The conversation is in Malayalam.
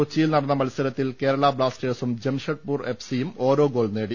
കൊച്ചിയിൽ നടന്ന മത്സരത്തിൽ കേരള ബ്ലാസ്റ്റേഴ്സും ജംഷഡ്പൂർ എഫ് സിയും ഓരോ ഗോൾ നേടി